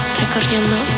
recorriendo